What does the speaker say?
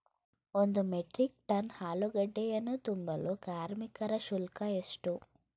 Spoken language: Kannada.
ಒಂದು ಮೆಟ್ರಿಕ್ ಟನ್ ಆಲೂಗೆಡ್ಡೆಯನ್ನು ತುಂಬಲು ಕಾರ್ಮಿಕರ ಶುಲ್ಕ ಎಷ್ಟು?